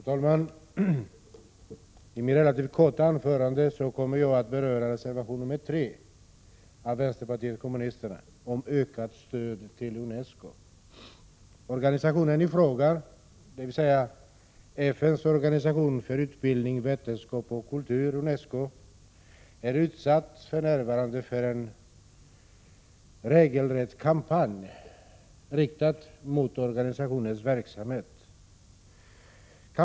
Herr talman! I mitt relativt korta anförande kommer jag att beröra reservation nr 3 från vänsterpartiet kommunisterna om ökat stöd till UNESCO. FN:s organisation för utbildning, vetenskap och kultur UNESCO - är för närvarande utsatt för en regelrätt kampanj riktad mot organisationens verksamhet.